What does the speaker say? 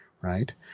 right